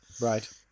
Right